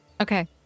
Okay